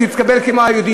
להתקבל כיהודים,